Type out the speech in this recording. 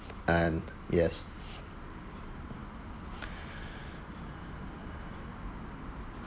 and yes